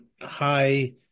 high